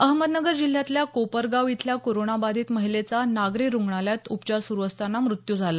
अहमदनगर जिल्ह्यातल्या कोपरगाव इथल्या कोरोना बाधित महिलेचा नागरी रुग्णालयात उपचार सुरू असताना मृत्यू झाला